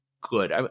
good